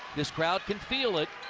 this crowd can feel it.